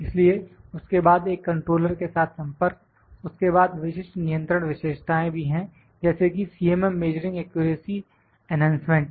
इसलिए उसके बाद एक कंट्रोलर के साथ संपर्क उसके बाद वशिष्ठ नियंत्रण विशेषताएं भी हैं जैसे कि CMM मेजरिंग एक्यूरेसी एनहैंसमेंट